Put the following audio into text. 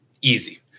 Easy